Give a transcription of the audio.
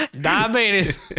Diabetes